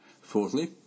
Fourthly